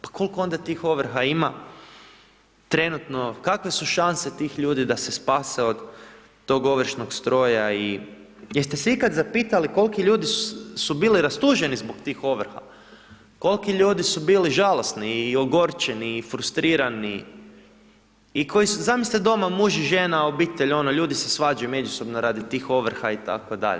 Pa kol'ko onda tih ovrha ima trenutno, kakve su šanse tih ljudi da se spase od tog ovršnog stroja, i jeste se ikad zapitali kol'ki ljudi su bili rastuženi zbog tih ovrha, kol'ki ljudi su bili žalosni, i ogorčeni, i frustrirani, i koji su, zamislite doma muž i žena, obitelj ono, ljudi se svađaju međusobno radi tih ovrha i tako dalje.